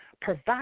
provide